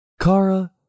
Kara